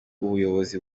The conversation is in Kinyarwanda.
ubuyobozi